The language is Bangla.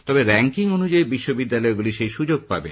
তবে রাঙ্কিং অনুযায়ী বিশ্ববিদ্যালয়গুলি সেই সুযোগ পাবে